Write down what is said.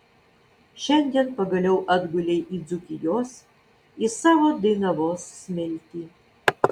šiandien pagaliau atgulei į dzūkijos į savo dainavos smiltį